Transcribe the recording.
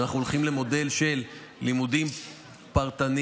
ואנחנו הולכים למודל של לימודים פרטניים,